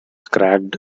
cracked